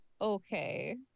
Okay